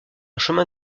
chemin